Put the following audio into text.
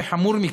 וחמור מכך,